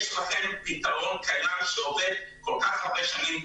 יש פתרון קיים שעובד כל כך הרבה שנים,